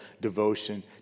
devotion